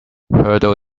hurdle